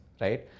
right